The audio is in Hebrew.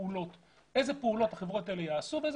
פעולות ומי יעשה את הפעולות שהחברות הללו לא תעשנה.